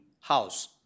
house